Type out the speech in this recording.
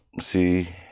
see